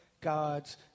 God's